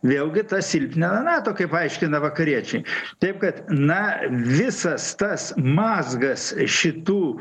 vėlgi tas silpnina nato kaip aiškina vakariečiai taip kad na visas tas mazgas šitų